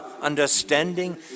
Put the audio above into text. understanding